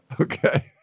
Okay